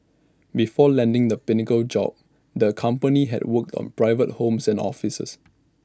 before landing the pinnacle job the company had worked on private homes and offices